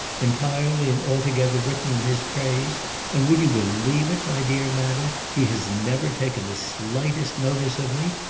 entirely and altogether written in his praise and would you believe it, my dear madam, he has never taken the slightest notice of me,